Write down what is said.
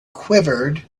quivered